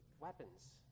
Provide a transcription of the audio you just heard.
weapons